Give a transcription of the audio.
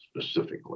specifically